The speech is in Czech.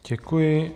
Děkuji.